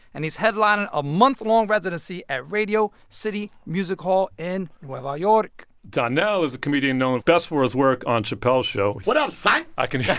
and he's headlining a month-long residency at radio city music hall in nueva york donnell is a comedian known best for his work on chappelle's show. what up, son? i can.